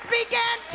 began